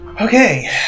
Okay